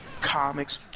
comics